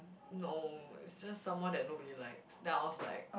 no it's just someone that nobody likes then I was like